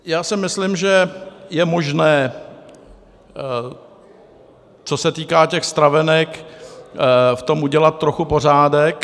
Já si myslím, že je možné, co se týká těch stravenek, v tom udělat trochu pořádek.